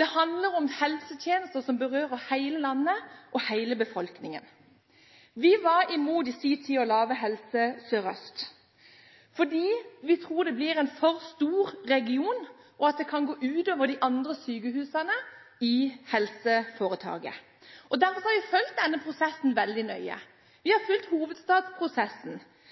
det handler om helsetjenester som berører hele landet og hele befolkningen. Vi var i sin tid imot å etablere Helse Sør-Øst, fordi vi trodde det ble en for stor region, og at det kunne gå ut over de andre sykehusene i helseforetaket. Derfor har jeg fulgt denne prosessen veldig nøye. Vi